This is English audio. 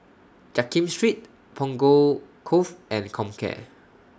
Jiak Kim Street Punggol Cove and Comcare